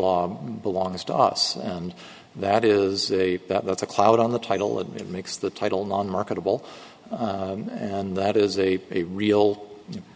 law belongs to us and that is a that's a cloud on the title of it makes the title on marketable and that is a real